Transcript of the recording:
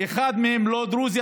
אחד מהם לא דרוזי,